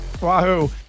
Wahoo